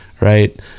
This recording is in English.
right